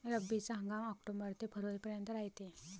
रब्बीचा हंगाम आक्टोबर ते फरवरीपर्यंत रायते